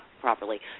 properly